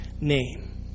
name